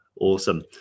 awesome